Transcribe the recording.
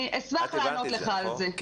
אני אשמח לענות לך על זה,